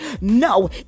No